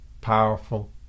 powerful